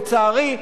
לצערי,